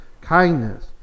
kindness